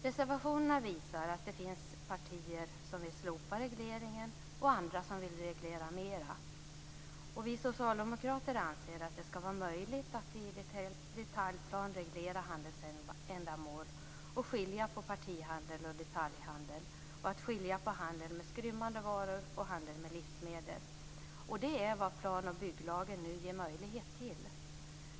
Reservationerna visar att det finns partier som vill slopa regleringen och andra som vill reglera mera. Vi socialdemokrater anser att det skall vara möjligt att i detaljplan reglera handelsändamål och skilja på partihandel och detaljhandel och skilja på handel med skrymmande varor och handel med livsmedel. Det är vad plan och bygglagen nu ger möjlighet till.